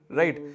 right